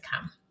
come